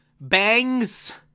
bangs